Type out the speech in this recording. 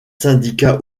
syndicats